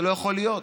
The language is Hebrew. זה לא יכול להיות.